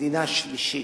מדינה שלישית,